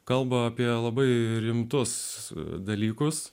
kalba apie labai rimtus dalykus